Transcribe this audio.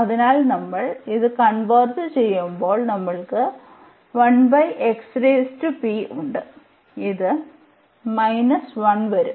അതിനാൽ നമ്മൾ ഇത് കൺവേർജ് ചെയ്യുമ്പോൾ നമ്മൾക്ക് ഉണ്ട് ഇത് 1 വരും